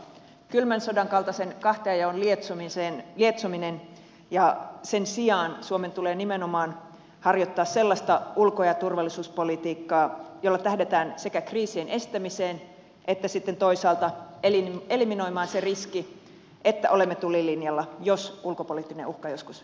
kylmän sodan kaltaisen kahtiajaon lietsomisen sijaan suomen tulee harjoittaa nimenomaan sellaista ulko ja turvallisuuspolitiikkaa jolla tähdätään sekä kriisien estämiseen että sitten toisaalta sen riskin eliminoimiseen että olemme tulilinjalla jos ulkopoliittinen uhka joskus eskaloituu